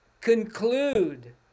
conclude